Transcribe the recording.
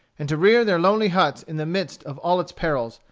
and to rear their lonely huts in the midst of all its perils,